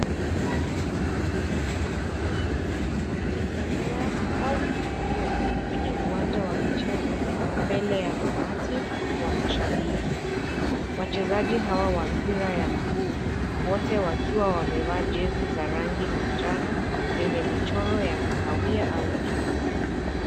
Hi ni timu ya mpira wa miguu anatembea au kukimbia kwenye uwanja wa michezo mbele ya umati wa mashabiki wachezaji hawa wa mpira wa miguu wote wakiwa wamevalia jezi za rangi ya manjano yenye michoro ya kahawia au nyeusi.